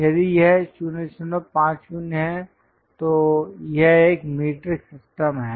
यदि यह 050 है तो यह एक मीट्रिक सिस्टम है